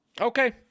okay